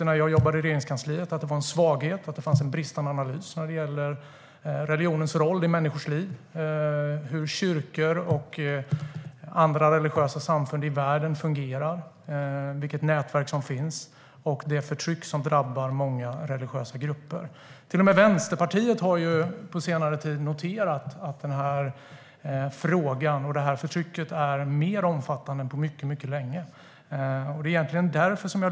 När jag jobbade i Regeringskansliet tyckte jag att det fanns en svaghet och en bristande analys av religionens roll i människors liv, av hur kyrkor och andra religiösa samfund i världen fungerar, av vilka nätverk som finns och av det förtryck som drabbar många religiösa grupper. Till och med Vänsterpartiet har på senare tid noterat att detta förtryck är mer omfattande än på mycket länge.